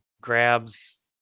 grabs